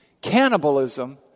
cannibalism